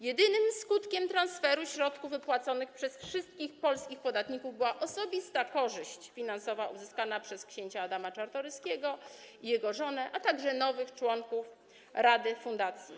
Jedynym skutkiem transferu środków wypłaconych przez wszystkich polskich podatników była osobista korzyść finansowa uzyskana przez ks. Adama Czartoryskiego i jego żonę, a także nowych członków rady fundacji.